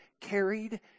carried